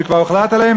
שכבר הוחלט עליהן,